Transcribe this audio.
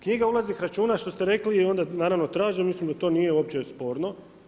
Knjiga ulaznih računa što ste rekli i onda naravno tražim, mislim da to nije uopće sporno.